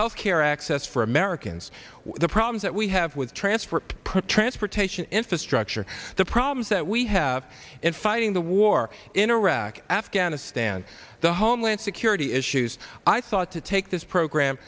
health care access for americans the problems that we have with transfer per transportation infrastructure the problems that we have in fighting the war in iraq afghanistan the homeland security issues i thought to take this program